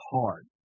hard